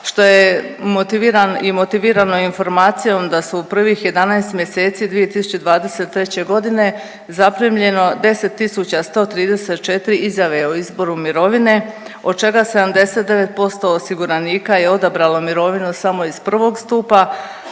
i motivirano informacijom da su u prvih 11 mjeseci 2023. godine zaprimljeno 10.134 izjave o izboru mirovine od čega 79% osiguranika je odabralo mirovinu samo iz prvog stupa,